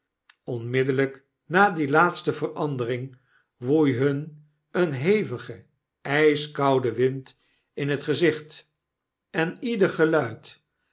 onmiddellijk na die laatste verandering woei hun een hevigeijskoudewind in het gezicht en ieder geluid